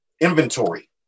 inventory